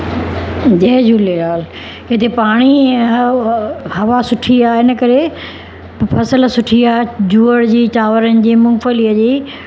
जय झूलेलाल हिते पाणी ऐं हवा सुठी आहे हिन करे फसल सुठी आहे जुअरु जी चांवरनि जी मूंगफलीअ जी